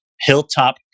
hilltop